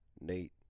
Nate